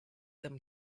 them